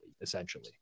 essentially